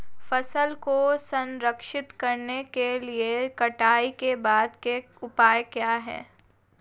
फसल को संरक्षित करने के लिए कटाई के बाद के उपाय क्या हैं?